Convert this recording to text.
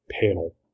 panel